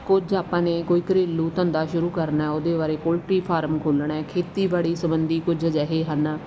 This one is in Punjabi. ਕੁਝ ਆਪਾਂ ਨੇ ਕੋਈ ਘਰੇਲੂ ਧੰਦਾ ਸ਼ੁਰੂ ਕਰਨਾ ਉਹਦੇ ਬਾਰੇ ਪੋਲਟਰੀ ਫਾਰਮ ਖੋਲ੍ਹਣਾ ਹੈ ਖੇਤੀਬਾੜੀ ਸਬੰਧੀ ਕੁਝ ਅਜਿਹੇ ਹਨ